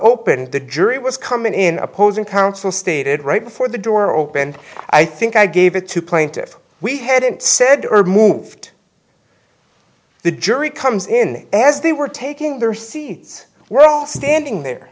opened the jury was come in opposing counsel stated right before the door opened i think i gave it to plaintiff's we hadn't said irv moved the jury comes in as they were taking their seats we're all standing there